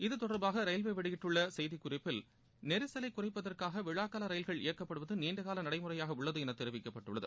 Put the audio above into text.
இது தொடர்பாக ரயில்வே வெளியிட்டுள்ள செய்திக் குறிப்பில் நெரிசலைக் குறைப்பதற்காக விழாக்கால ரயில்கள் இயக்கப்படுவது நீண்டகால நடைமுறையாக உள்ளது என தெரிவிக்கப்பட்டுள்ளது